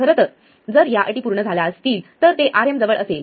खरं तर जर या अटी पूर्ण झाल्या असतील तर ते Rm जवळ असेल